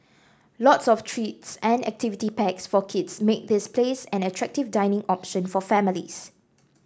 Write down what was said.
lots of treats and activity packs for kids make this place an attractive dining option for families